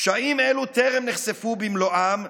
פשעים אלו טרם נחשפו במלואם,